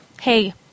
hey